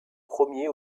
premier